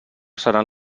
seran